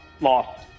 Lost